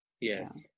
Yes